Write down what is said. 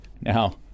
Now